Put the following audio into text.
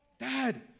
Dad